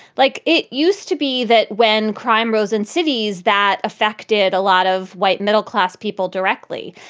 like it used to be that when crime rose in cities that affected a lot of white middle class people directly.